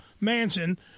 Manson